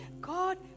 God